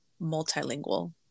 multilingual